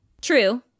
True